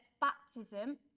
baptism